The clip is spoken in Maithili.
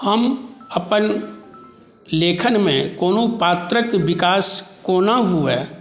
हम अपन लेखनमे कोनो पात्रक विकास कोना हुए